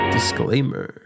disclaimer